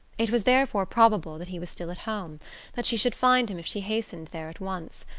it was therefore probable that he was still at home that she should find him if she hastened there at once.